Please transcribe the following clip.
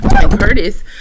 Curtis